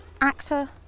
actor